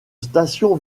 station